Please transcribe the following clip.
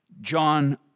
John